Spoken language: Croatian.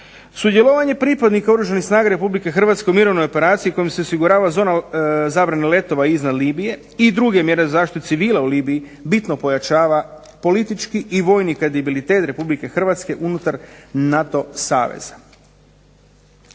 Sudjelovanje pripadnika Oružanih snaga Republike Hrvatske u mirovnoj operaciji kojom se osigurava zona zabrane letova iznad Libije i druge mjere zaštite civila u Libiji bitno pojačava politički i vojni kredibilitet Republike Hrvatske unutar NATO saveza.